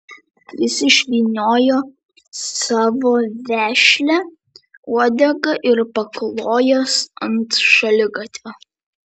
jis išvyniojo savo vešlią uodegą ir paklojo ant šaligatvio